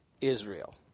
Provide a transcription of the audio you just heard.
Israel